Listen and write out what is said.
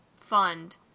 fund